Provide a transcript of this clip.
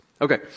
Okay